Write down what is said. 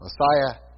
Messiah